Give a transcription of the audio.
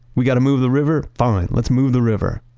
we've got to move the river? fine, let's move the river.